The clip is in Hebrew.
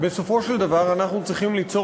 שבסופו של דבר אנחנו צריכים ליצור